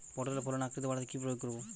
পটলের ফলন ও আকৃতি বাড়াতে কি প্রয়োগ করব?